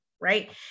right